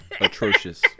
atrocious